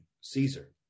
Caesar